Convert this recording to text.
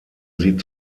sie